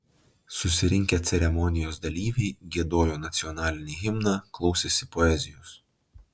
susirinkę ceremonijos dalyviai giedojo nacionalinį himną klausėsi poezijos